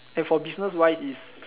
and for business wise it's